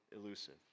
elusive